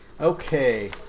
Okay